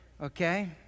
okay